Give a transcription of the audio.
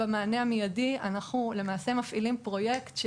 במענה המידי אנחנו מפעילים פרויקט,